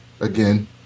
again